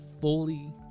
fully